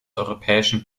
europäischen